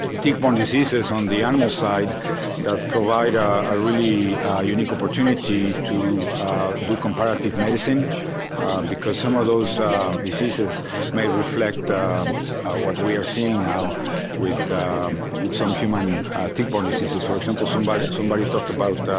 tick-borne diseases on the animal side that provide a ah really unique opportunity to do comparative medicine because some of those diseases may reflect what we are seeing now with with some human tick-borne diseases. for example, somebody somebody talked about